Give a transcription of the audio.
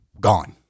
gone